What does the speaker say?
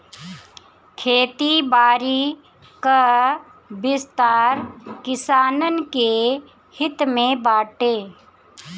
खेती बारी कअ विस्तार किसानन के हित में बाटे